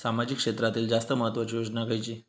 सामाजिक क्षेत्रांतील जास्त महत्त्वाची योजना खयची?